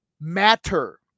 matter